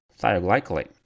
thioglycolate